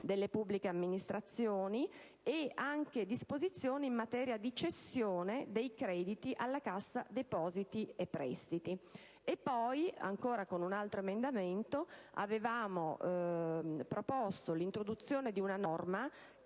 delle pubbliche amministrazioni e disposizioni in materia di cessione dei crediti alla Cassa depositi e prestiti; poi, con un altro emendamento, avevamo proposto l'introduzione di una norma,